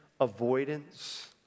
avoidance